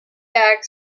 bag